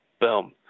Boom